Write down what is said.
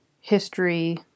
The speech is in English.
history